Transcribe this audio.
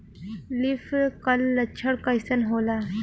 Leaf curl लक्षण कइसन होला?